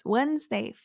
Wednesday